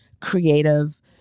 creative